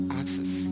access